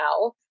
now